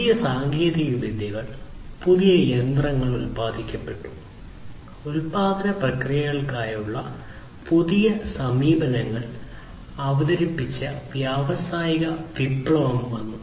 പുതിയ സാങ്കേതികവിദ്യകൾ പുതിയ യന്ത്രങ്ങൾ ഉത്പാദിപ്പിക്കപ്പെട്ടു ഉൽപാദന പ്രക്രിയകൾക്കുള്ള പുതിയ സമീപനങ്ങൾ അവതരിപ്പിച്ച വ്യാവസായിക വിപ്ലവം വന്നു